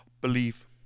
believe